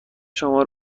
شما